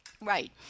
Right